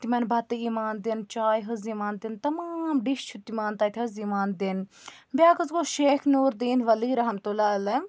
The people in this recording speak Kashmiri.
تِمَن بَتہٕ یِوان دِنہٕ چاے حظ یِوان دِنہٕ تَمام ڈِش چھِ تِمَن تَتہِ حظ یِوان دِنہٕ بٛیاکھ حظ گوٚو شیخ نوٗر دیٖن ولی رحمتہ اللہ علیہ